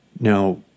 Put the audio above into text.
Now